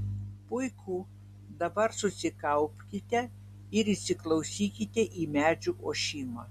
puiku dabar susikaupkite ir įsiklausykite į medžių ošimą